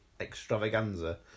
extravaganza